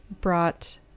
brought